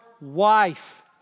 wife